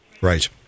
Right